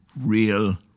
real